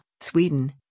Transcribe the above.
Sweden